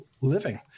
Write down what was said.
living